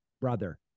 brother